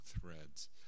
threads